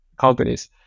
companies